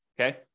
okay